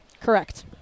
Correct